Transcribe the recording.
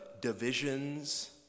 divisions